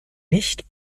nicht